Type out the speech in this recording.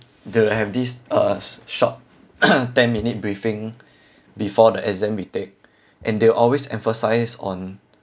they'll have this uh short ten minute briefing before the exam we take and they'll always emphasise on